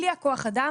בלי הכוח אדם